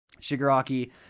Shigaraki